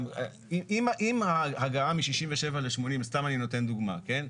אם ההגעה מ-67 ל-80, סתם אני נותן דוגמה, כן?